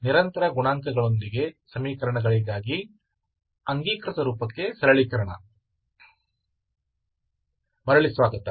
ನಿರಂತರ ಗುಣಾಂಕಗಳೊಂದಿಗೆ ಸಮೀಕರಣಗಳಿಗಾಗಿ ಅಂಗೀಕೃತ ರೂಪಕ್ಕೆ ಸರಳೀಕರಣ ಮರಳಿ ಸ್ವಾಗತ